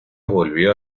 volvió